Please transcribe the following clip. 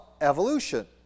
evolution